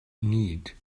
need